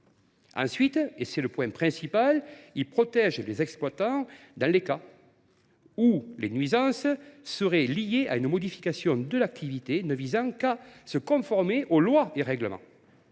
Ensuite, et c’est le point principal, il protège les exploitants dans les cas où les nuisances seraient liées à une modification de l’activité ne visant qu’à se conformer aux lois et règlements.